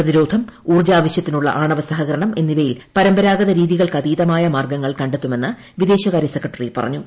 പ്രതിരോധം ഊർജ്ജാവശൃത്തിനുള്ള ആണവ സഹകരണം എന്നിവയിൽ പരമ്പരാഗത രീതികൾക്കതീതമായ മാർഗ്ഗങ്ങൾ കണ്ടെത്തുമെന്ന് വിദേശകാര്യ സെക്രട്ടറി പറഞ്ഞു